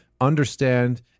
understand